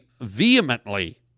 vehemently